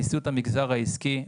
נשיאות המגזר העסקי,